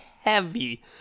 heavy